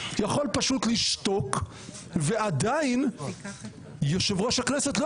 יכול פשוט לשתוק ועדיין יושב-ראש הכנסת לא